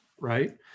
right